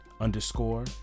underscore